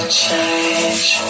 change